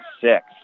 six